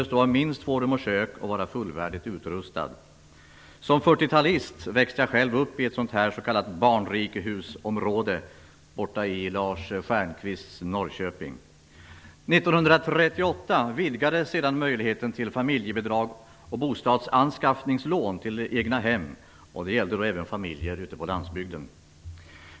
Som 40-talist växte jag själv upp i ett sådant s.k. År 1938 vidgades möjligheten till familjebidrag och bostadsanskaffningslån till egna hem, och det gällde även familjer på landsbygden.